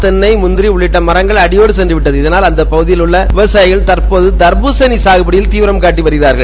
தென்னை உள்ளிட் டமரங்கள் அடியோடு சென்றவிட்டது இதனால் அந்த பகுதியில் உள்ள விவசாயிகள் தற்போதுடதற்பூசணி காகுடிபியல் கீவிரம் கர்டடிவருகிறார்கள்